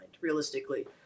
realistically